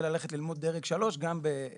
ללכת ללמוד דרג 3 גם במקומות אחרים.